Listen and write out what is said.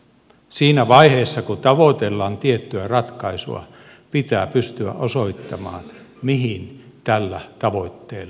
siinä vaiheessa kun tavoitellaan tiettyä ratkaisua pitää pystyä osoittamaan mihin tällä tavoitteella päästään